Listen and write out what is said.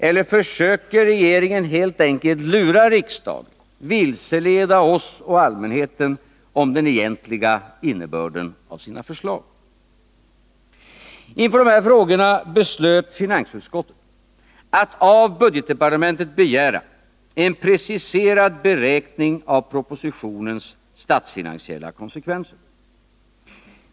Eller försöker regeringen helt enkelt lura riksdagen, vilseleda oss och allmänheten om den egentliga innebörden av sina förslag? Inför dessa frågor beslöt finansutskottet att av budgetdepartementet begära en preciserad beräkning av propositionens statsfinansiella konsekvenser.